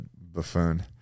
buffoon